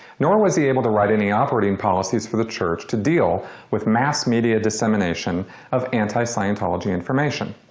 nor was he able to write any operating policies for the church to deal with mass-media dissemination of anti-scientology information.